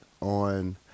on